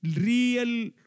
real